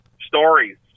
stories